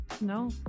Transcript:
No